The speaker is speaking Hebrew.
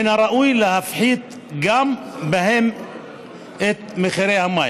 מן הראוי להפחית גם בהם את מחירי המים,